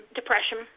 depression